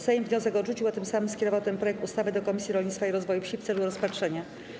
Sejm wniosek odrzucił, a tym samym skierował ten projekt ustawy do Komisji Rolnictwa i Rozwoju Wsi w celu rozpatrzenia.